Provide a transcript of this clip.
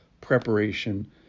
preparation